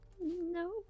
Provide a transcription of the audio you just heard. No